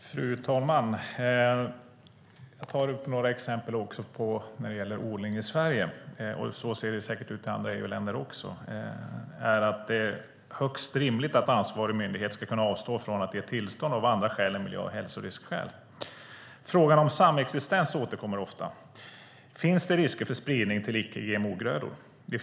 Fru talman! Jag tar upp några exempel också när det gäller odling i Sverige. Så ser det säkert ut även i andra EU-länder. Det är högst rimligt att ansvarig myndighet ska kunna avstå från att ge tillstånd av andra skäl än miljö och hälsoriskskäl. Frågan om samexistens återkommer ofta. Finns det risker för spridning till icke-GMO-grödor?